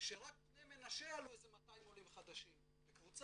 שרק בני מנשה זה איזה 200 עולים חדשים בקבוצה,